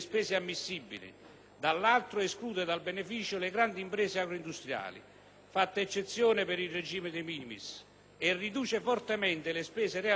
dall'altro, esclude dal beneficio le grandi imprese agroindustriali - fatta eccezione per il regime *de minimis* - e riduce fortemente le spese realmente ammissibili,